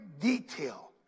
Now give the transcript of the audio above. detail